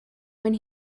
when